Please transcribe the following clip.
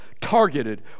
targeted